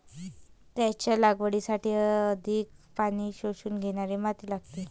त्याच्या लागवडीसाठी अधिक पाणी शोषून घेणारी माती लागते